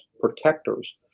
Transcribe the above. protectors